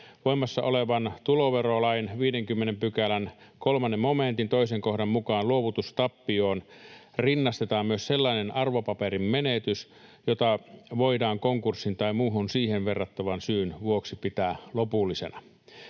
Voimassa olevan tuloverolain 50 §:n 3 momentin 2 kohdan mukaan luovutustappioon rinnastetaan myös sellainen arvopaperin menetys, jota voidaan konkurssin tai muun siihen verrattavan syyn vuoksi pitää lopullisena.